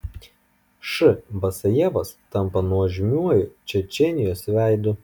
š basajevas tampa nuožmiuoju čečėnijos veidu